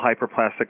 hyperplastic